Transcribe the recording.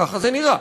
ככה זה נראה,